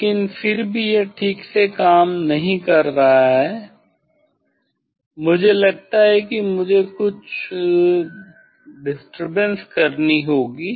लेकिन फिर भी यह ठीक से काम नहीं कर रहा है मुझे लगता है कि मुझे कुछ गड़बड़ करनी होगी